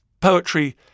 poetry